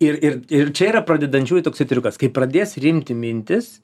ir ir ir čia yra pradedančiųjų toksai triukas kai pradės rimti mintis